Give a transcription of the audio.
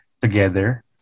together